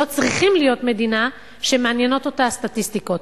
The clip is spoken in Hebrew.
לא צריכים להיות מדינה שמעניינות אותה הסטטיסטיקות,